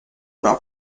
una